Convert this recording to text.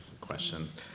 questions